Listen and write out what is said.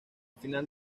final